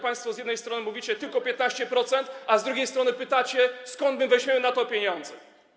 Państwo, z jednej strony, mówicie: tylko 15%, a, z drugiej strony, pytacie, skąd my weźmiemy na to pieniądze.